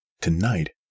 Tonight